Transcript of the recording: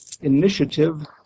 initiative